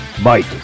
Mike